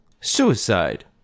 Suicide